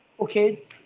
Okay